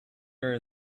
there